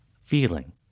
feeling